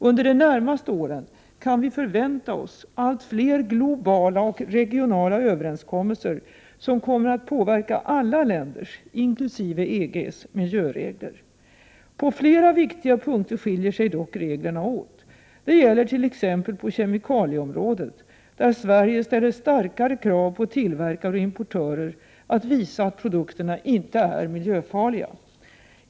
Under de närmaste åren kan vi förvänta oss allt fler globala och regionala överenskommelser som kommer att påverka alla länders, inkl. EG:s, miljöregler. På flera viktiga punkter skiljer sig dock reglerna åt. Det gäller t.ex. på kemikalieområdet, där Sverige ställer starkare krav på tillverkare och importörer att visa att produkterna inte är miljöfarliga.